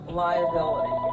liability